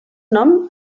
nom